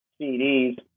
CDs